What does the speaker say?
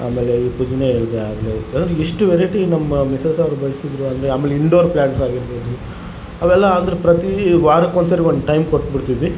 ಆಮೇಲೆ ಈ ಪುದಿನ ಇರದ ಎಷ್ಟು ವೆರೈಟಿ ನಮ್ಮ ಮಿಸ್ಸಸ್ ಅವರು ಬೆಳೆಸಿದ್ರು ಅಂದರೆ ಆಮೇಲೆ ಇಂಡೋರ್ ಪ್ಲಾಂಟ್ಸ್ ಆಗಿರ್ಬೌದು ಅವೆಲ್ಲ ಅಂದ್ರು ಪ್ರತೀ ವಾರಕೊಂದುಸರಿ ಒಂದು ಟೈಮ್ ಕೊಟ್ಟು ಬಿಡ್ತಿದ್ವಿ